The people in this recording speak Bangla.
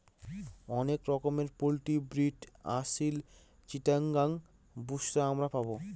অনেক রকমের পোল্ট্রি ব্রিড আসিল, চিটাগাং, বুশরা আমরা পাবো